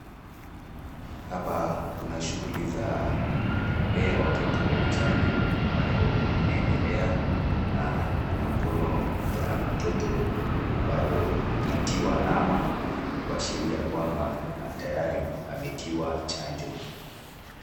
Hapa kuna shughuli za kupea watoto chanjo ambayo inaendelea na kuna mkono wa mtoto ambao inatiwa alama kuashiria kwamba tayari ametiwa chanjo.